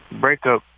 breakup